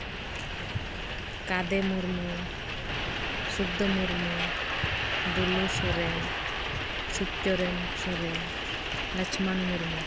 ᱠᱟᱫᱮ ᱢᱩᱨᱢᱩ ᱥᱩᱠᱫᱟᱹ ᱢᱩᱨᱢᱩ ᱫᱩᱞᱩ ᱥᱚᱨᱮᱱ ᱥᱤᱵᱽᱪᱚᱨᱚᱱ ᱥᱚᱨᱮᱱ ᱞᱚᱪᱷᱢᱚᱱ ᱢᱩᱨᱢᱩ